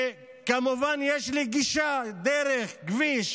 וכמובן יש לי גישה, דרך, כביש